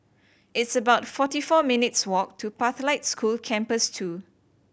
it's about forty four minutes' walk to Pathlight School Campus Two